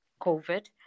COVID